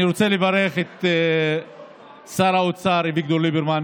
אני רוצה לברך את שר האוצר אביגדור ליברמן